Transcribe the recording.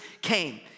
came